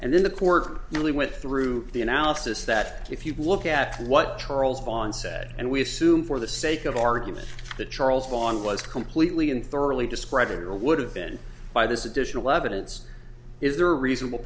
and then the port nearly went through the analysis that if you look at what charles von said and we assume for the sake of argument the charles von was completely and thoroughly discredited or would have been by this additional evidence is there a reasonable